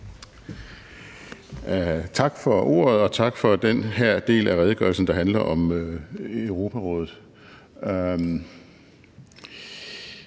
Tak for ordet, og tak for den her del af redegørelsen, der handler om Europarådet.